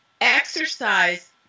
Exercise